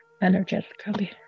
energetically